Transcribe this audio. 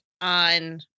on